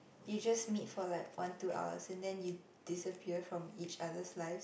you just meet for like one two hours and then you disappear from each other's lives